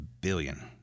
billion